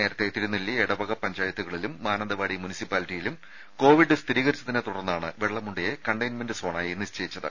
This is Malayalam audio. നേരത്തെ തിരുനെല്ലി എടവക പഞ്ചായത്തുകളിലും മാനന്തവാടി മുനിസിപ്പാലിറ്റിയിലും കോവിഡ് സ്ഥിരീകരിച്ചതിനെ തുടർന്നാണ് വെള്ളമുണ്ടയെ കണ്ടെയിൻമെന്റ് സോണായി നിശ്ചയിച്ചത്